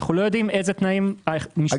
אנו לא יודעים אילו תנאים- -- העמדה